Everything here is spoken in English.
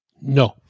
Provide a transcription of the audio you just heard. No